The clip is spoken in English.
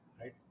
right